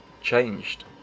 Changed